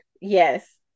yes